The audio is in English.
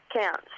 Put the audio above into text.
counts